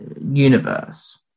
universe